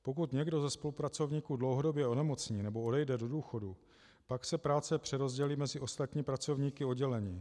Pokud někdo ze spolupracovníků dlouhodobě onemocní nebo odejde do důchodu, pak se práce přerozdělí mezi ostatní pracovníky oddělení.